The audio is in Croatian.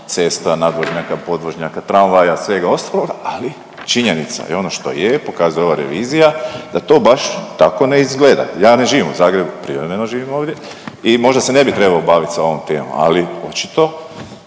cesta, nadvožnjaka, podvožnjaka, tramvaja, svega ostaloga ali činjenica i ono što je pokazala revizija, da to baš tako ne izgleda. Ja ne živim u Zagrebu, privremeno živim ovdje i možda se ne bi trebao bavit sa ovom temom, ali očito